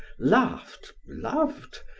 laughed, loved,